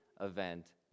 event